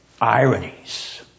Ironies